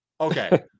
Okay